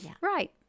Right